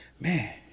man